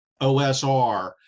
OSR